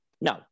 No